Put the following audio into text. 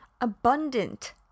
abundant